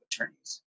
attorneys